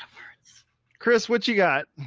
chris, what'd you got?